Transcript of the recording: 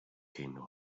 came